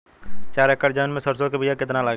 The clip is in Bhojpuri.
चार एकड़ जमीन में सरसों के बीया कितना लागी?